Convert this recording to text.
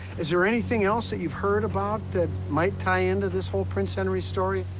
is there anything else that you've heard about that might tie into this whole prince henry story?